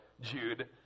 Jude